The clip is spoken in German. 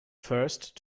first